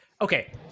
okay